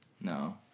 No